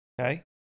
okay